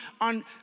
on